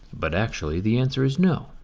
but actually the answer is no.